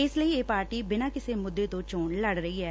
ਇਸ ਲਈ ਇਹ ਪਾਰਟੀ ਬਿਨਾਂ ਕਿਸੇ ਮੁੱਦੇ ਤੋਂ ਚੋਣ ਲੜ ਰਹੀ ਏ